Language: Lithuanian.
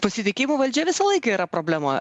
pasitikėjimu valdžia visą laiką yra problema